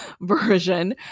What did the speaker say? version